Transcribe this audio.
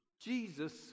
Jesus